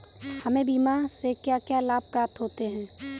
हमें बीमा से क्या क्या लाभ प्राप्त होते हैं?